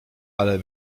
ale